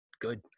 good